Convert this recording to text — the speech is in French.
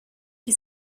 qui